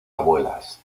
abuelas